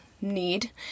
need